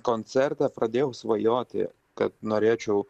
koncertą pradėjau svajoti kad norėčiau